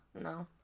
no